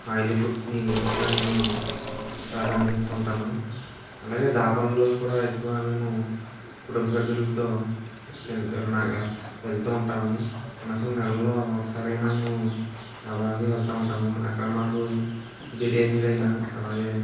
oily ఫుడ్ని ఎక్కువగా నేను ప్రాధాన్యత ఇస్తూ ఉంటాను అలాగే దాబాల్లోకి కూడా ఎక్కువగా మేము కుటుంబ సభ్యులతో తిని ఎవరైనా ఏ వెళుతూ ఉంటాము అలా సమయాల్లో ఒక్కసారైనా మేము ఆ వాకి వెళుతూ అక్కడ మాకు బిర్యానీలు అయినా అలాగే